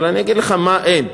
אני אגיד לך מה אין,